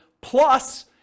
plus